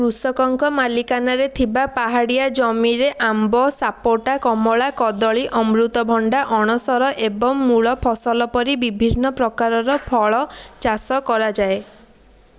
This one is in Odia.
କୃଷକଙ୍କ ମାଲିକାନାରେ ଥିବା ପାହାଡ଼ିଆ ଜମିରେ ଆମ୍ବ ସାପୋଟା କମଳା କଦଳୀ ଅମୃତଭଣ୍ଡା ଅଣସର ଏବଂ ମୂଳ ଫସଲ ପରି ବିଭିନ୍ନ ପ୍ରକାରର ଫଳ ଚାଷ କରାଯାଏ